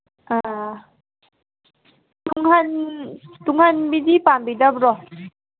ꯑꯥ ꯇꯨꯡꯍꯟꯕꯤꯗꯤ ꯄꯥꯝꯕꯤꯗꯕ꯭ꯔꯣ